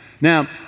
Now